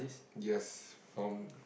yes from